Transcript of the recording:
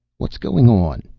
what's going on?